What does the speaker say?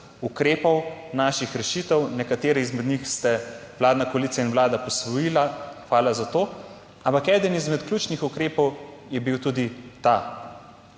ukrepov naših rešitev, nekatere izmed njih ste vladna koalicija in Vlada posvojila, hvala za to, ampak eden izmed ključnih ukrepov je bil tudi ta.